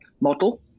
model